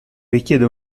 richiede